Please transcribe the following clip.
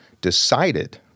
decided